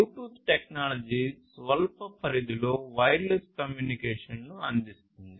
Bluetooth technology స్వల్ప పరిధిలో wireless కమ్యూనికేషన్ను అందిస్తుంది